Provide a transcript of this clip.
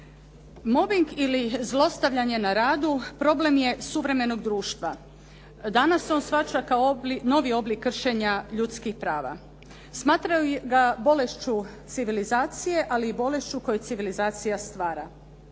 Mobbing ili zlostavljanje na radu problem je suvremenog društva. Danas se on shvaća kao novi oblik kršenja ljudskih prava. Smatraju ga bolešću civilizacije, ali i bolešću koji civilizacija stvara.